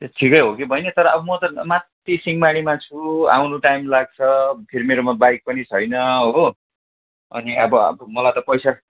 ठिकै हो कि बहिनी तर अब म त माथि सिङमारीमा छु आउनु टाइम लाग्छ फेरि मेरोमा बाइक पनि छैन हो अनि अब मलाई त पैसा